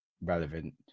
relevant